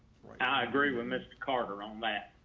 i agree with miss carter on that.